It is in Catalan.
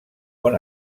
bon